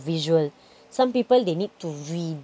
visual some people they need to read